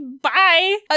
Bye